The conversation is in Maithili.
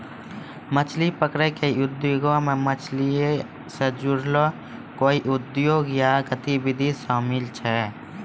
मछली पकरै के उद्योगो मे मछलीयो से जुड़लो कोइयो उद्योग या गतिविधि शामिल छै